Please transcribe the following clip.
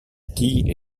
quille